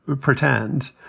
pretend